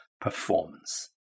performance